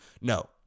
No